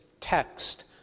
text